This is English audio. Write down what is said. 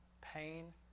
pain